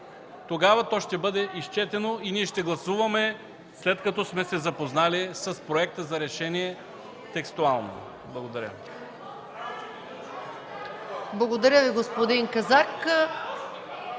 тогава то ще бъде изчетено и ние ще гласуваме, след като сме се запознали с проекта за решение текстуално. (Шум и